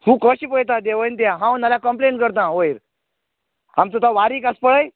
तूं कशें पळयता देवयना तें हांव नाल्यार कंम्प्लेन करता वयर आमचो तो वारीक आसा पळय